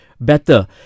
better